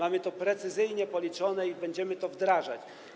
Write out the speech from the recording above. Zostało to precyzyjnie policzone i będziemy to wdrażać.